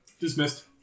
Dismissed